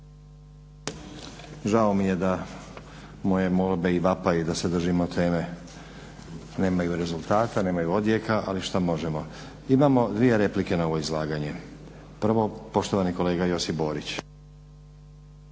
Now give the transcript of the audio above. Žao mi je da moje molbe i vapaji da se držimo teme nemaju rezultata, nemaju odjeka, ali šta možemo. Imamo dvije replike na ovo izlaganje. Prvo, poštovani kolega Josip Borić.